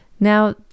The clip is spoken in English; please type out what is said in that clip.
Now